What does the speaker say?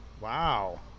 Wow